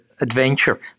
adventure